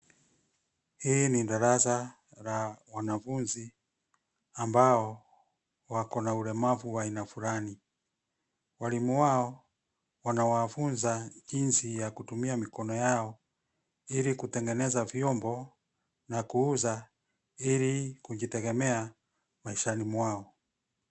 Hii ni darasa la wanafunzi ambao wako na ulemavu wa aina fulani. Walimu wao wanawafunza jinsi ya kutumia mikono yao ili kutengeneza vyombo na kuuza ili kujitegemea maishani mwao.